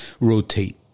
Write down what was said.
rotate